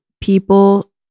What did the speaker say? people